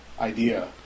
idea